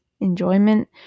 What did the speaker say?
enjoyment